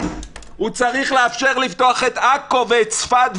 הוא צריך לאפשר לפתוח את עכו ואת צפת,